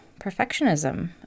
perfectionism